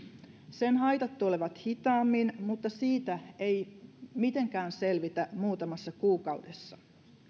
sen haitat tulevat hitaammin mutta siitä ei mitenkään selvitä muutamassa kuukaudessa